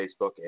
Facebook